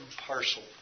parcel